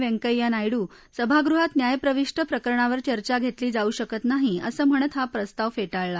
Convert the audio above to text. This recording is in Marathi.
व्यंक्ष्या नायडू सभागृहात न्यायप्रविष्ट प्रकरणावर चर्चा घेतली जाऊ शकत नाही असं म्हणत हा प्रस्ताव फेटाळला